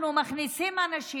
אנחנו מכניסים אנשים